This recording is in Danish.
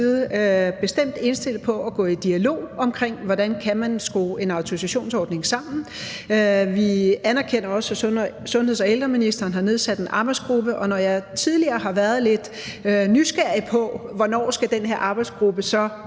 side bestemt indstillet på at gå i dialog omkring, hvordan man kan skrue en autorisationsordning sammen. Vi anerkender også, at sundheds- og ældreministeren har nedsat en arbejdsgruppe nu, og når jeg tidligere har været lidt nysgerrig på, hvornår den her arbejdsgruppe så skal